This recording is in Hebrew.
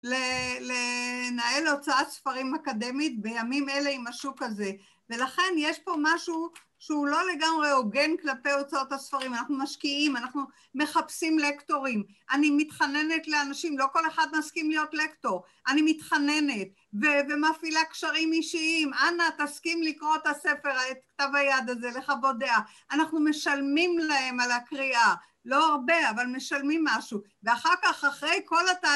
לנהל הוצאת ספרים אקדמית, בימים אלה עם השוק הזה. ולכן יש פה משהו שהוא לא לגמרי הוגן כלפי הוצאות הספרים, אנחנו משקיעים, אנחנו מחפשים לקטורים, אני מתחננת לאנשים, לא כל אחד מסכים להיות לקטור, אני מתחננת, ומפעילה קשרים אישיים, אנא, תסכים לקרוא את הספר, את כתב היד הזה, לחוות דעה. אנחנו משלמים להם על הקריאה, לא הרבה, אבל משלמים משהו. ואחר כך, אחרי כל התעשייה...